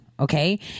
Okay